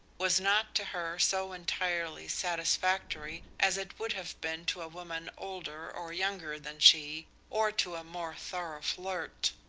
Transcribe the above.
was not to her so entirely satisfactory as it would have been to a woman older or younger than she, or to a more thorough flirt.